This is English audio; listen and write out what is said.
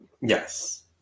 Yes